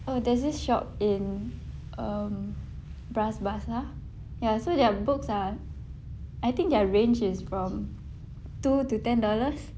oh there's this shop in um bras basah ya so their books ah I think their range is from two to ten dollars